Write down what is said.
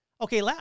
Okay